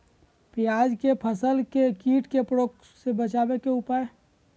प्याज के फसल के कीट के प्रकोप से बचावे के उपाय?